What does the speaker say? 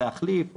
להחליף,